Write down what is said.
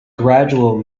gradual